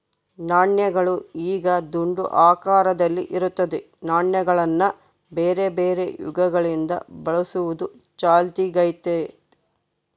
ನಾಣ್ಯಗಳು ಈಗ ದುಂಡು ಆಕಾರದಲ್ಲಿ ಇರುತ್ತದೆ, ನಾಣ್ಯಗಳನ್ನ ಬೇರೆಬೇರೆ ಯುಗಗಳಿಂದ ಬಳಸುವುದು ಚಾಲ್ತಿಗೈತೆ